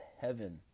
heaven